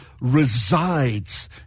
resides